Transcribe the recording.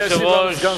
אדוני היושב-ראש,